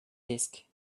disk